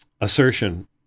assertion